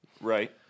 right